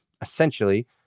essentially